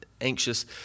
Anxious